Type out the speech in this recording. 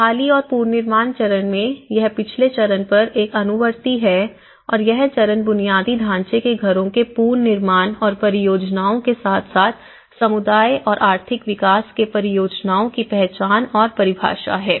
बहाली और पुनर्निर्माण चरण में यह पिछले चरण पर एक अनुवर्ती है और यह चरण बुनियादी ढांचे के घरों के पुनर्निर्माण और परियोजनाओं के साथ साथ समुदाय और आर्थिक विकास के परियोजनाओं की पहचान और परिभाषा है